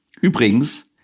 Übrigens